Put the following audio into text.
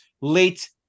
late